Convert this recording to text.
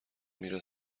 میره